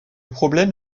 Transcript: problème